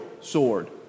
sword